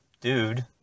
dude